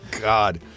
God